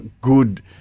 good